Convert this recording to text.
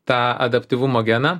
tą adaptyvumo geną